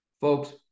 Folks